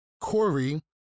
Corey